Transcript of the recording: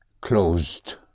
closed